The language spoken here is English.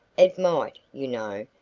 it might, you know,